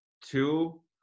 Two